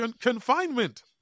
confinement